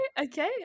Okay